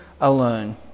alone